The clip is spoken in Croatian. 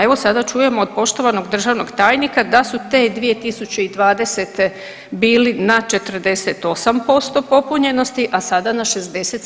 Evo sada čujemo od poštovanog državnog tajnika da su te 2020. bili na 48% popunjenosti, a sada na 67%